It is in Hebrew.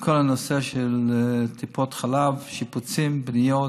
לכל הנושא של טיפות חלב, שיפוצים, בניות,